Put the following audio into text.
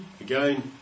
again